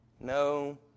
No